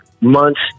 months